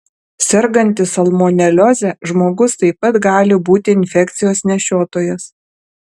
sergantis salmonelioze žmogus taip pat gali būti infekcijos nešiotojas